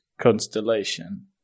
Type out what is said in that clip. constellation